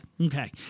Okay